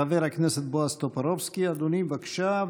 חבר הכנסת בועז טופורובסקי, אדוני, בבקשה.